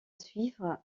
suivre